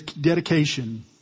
dedication